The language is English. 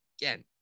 again